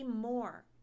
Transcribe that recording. more